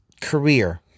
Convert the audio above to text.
career